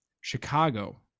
Chicago